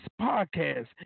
podcast